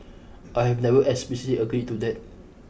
I have never explicitly agreed to that